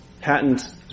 patents